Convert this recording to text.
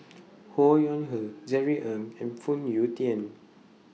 Ho Yuen Hoe Jerry Ng and Phoon Yew Tien